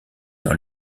dans